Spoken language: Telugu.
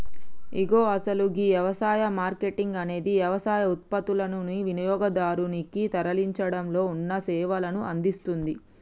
ఇగో అసలు గీ యవసాయ మార్కేటింగ్ అనేది యవసాయ ఉత్పత్తులనుని వినియోగదారునికి తరలించడంలో ఉన్న సేవలను అందిస్తుంది